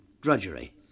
drudgery